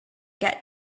get